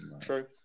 True